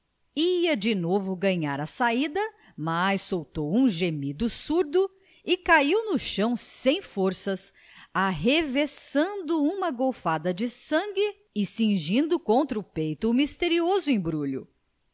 ia de novo ganhar a saída mas soltou um gemido surdo e caiu no chão sem força arrevessando uma golfada de sangue e cingindo contra o peito o misterioso embrulho